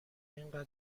اینقدر